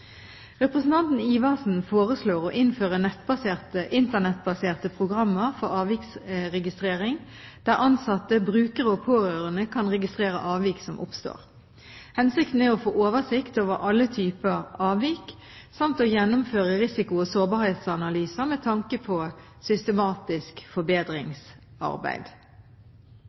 Representanten Iversen foreslår å innføre Internett-baserte programmer for avviksregistrering der ansatte, brukere og pårørende kan registrere avvik som oppstår. Hensikten er å få oversikt over alle typer avvik samt å gjennomføre risiko- og sårbarhetsanalyser med tanke på systematisk forbedringsarbeid.